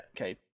okay